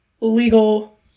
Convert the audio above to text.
legal